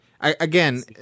Again –